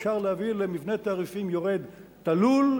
אפשר להביא למבנה תעריפים יורד תלול,